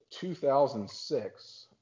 2006